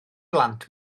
blant